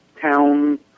town